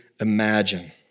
imagine